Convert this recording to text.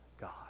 God